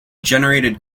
generated